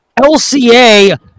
LCA